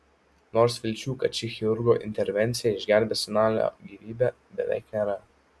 nors vilčių kad ši chirurgo intervencija išgelbės senelio gyvybę beveik nėra